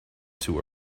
too